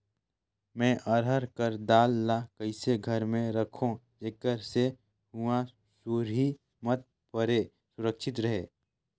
मैं अरहर कर दाल ला कइसे घर मे रखों जेकर से हुंआ सुरही मत परे सुरक्षित रहे?